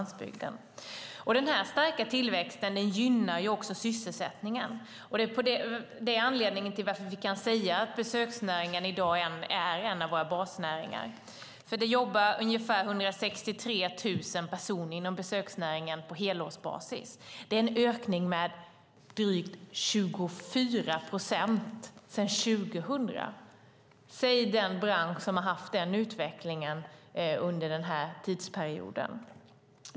Denna starka tillväxt gynnar också sysselsättningen, och det är anledningen till att vi kan säga att besöksnäringen i dag är en av våra basnäringar. Det jobbar nämligen ungefär 163 000 personer inom besöksnäringen på helårsbasis. Det är en ökning med drygt 24 procent sedan 2000. Säg den bransch som har haft den utvecklingen under denna tidsperiod!